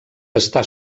està